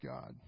God